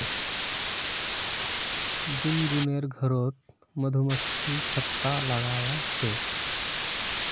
गुनगुनेर घरोत मधुमक्खी छत्ता लगाया छे